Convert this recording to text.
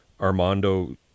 Armando